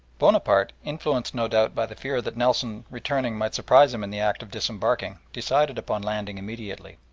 bonaparte, influenced no doubt by the fear that nelson returning might surprise him in the act of disembarking, decided upon landing immediately.